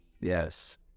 Yes